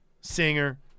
Singer